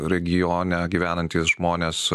regione gyvenantys žmonės